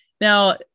Now